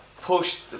push